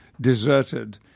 deserted